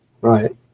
Right